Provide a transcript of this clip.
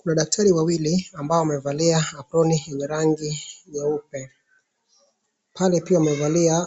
Kuna daktari wawili ambao wamevalia aproni yenye rangi nyeupe. Pale pia wamevalia